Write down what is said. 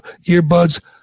earbuds